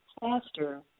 faster